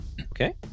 Okay